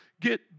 get